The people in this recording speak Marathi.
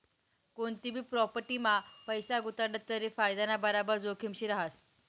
कोनतीभी प्राॅपटीमा पैसा गुताडात तरी फायदाना बराबर जोखिमभी रहास